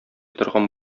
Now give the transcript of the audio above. торган